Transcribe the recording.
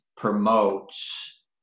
promotes